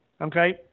okay